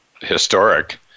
historic